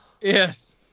Yes